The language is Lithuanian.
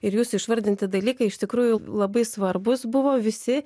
ir jūsų išvardinti dalykai iš tikrųjų labai svarbūs buvo visi